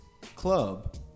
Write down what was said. club